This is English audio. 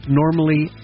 normally